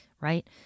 right